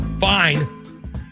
Fine